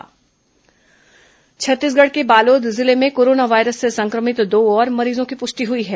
corona मरीज पुष्टि छत्तीसगढ़ के बालोद जिले में कोरोना वायरस से संक्रमित दो और मरीजों की पुष्टि हुई है